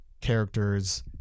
characters